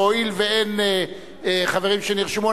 והואיל ואין חברים שנרשמו,